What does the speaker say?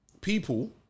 people